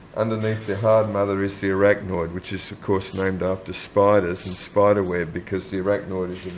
underneath the hard mother is the arachnoid which is, of course, named after spiders and spider web because the arachnoid is